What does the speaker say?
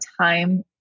time